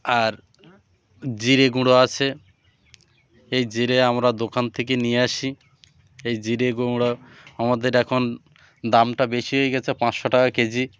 আর জিরে গুঁড়ো আছে এই জিরে আমরা দোকান থেকে নিয়ে আসি এই জিরে গুঁড়া আমাদের এখন দামটা বেশি হয়ে গেছে পাঁচশো টাকা কেজি